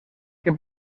que